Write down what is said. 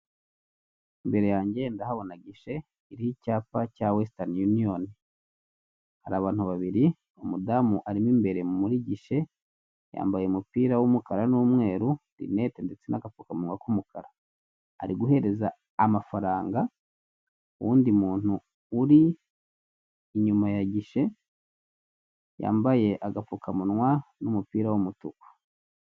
Imbere yanjye ndahabona gishe iricyapa cya western union hari abantu babiri umudamu arimo imbere muri gishe yambaye umupira w'umukara n'umweru linnete ndetse n'agapfukamunwa k'umukara ari guhereza amafaranga undi muntu uri inyuma ya gishe yambaye agapfukamunwa n'umupira w'umutuku .